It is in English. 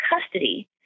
custody